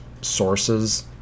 sources